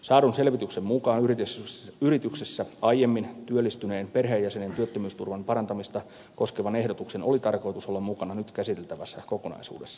saadun selvityksen mukaan yrityksessä aiemmin työllistyneen perheenjäsenen työttömyysturvan parantamista koskevan ehdotuksen oli tarkoitus olla mukana nyt käsiteltävässä kokonaisuudessa